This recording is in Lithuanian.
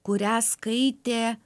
kurią skaitė